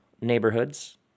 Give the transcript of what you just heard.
neighborhoods